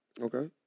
Okay